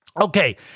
Okay